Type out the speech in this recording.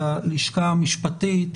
ללשכה המשפטית,